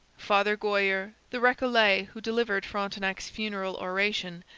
father goyer, the recollet who delivered frontenac's funeral oration,